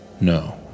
No